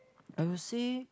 I would say